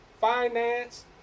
finance